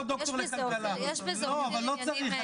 הדוגמה של MRI היא דוגמה נכונה אבל לא להקשר הזה.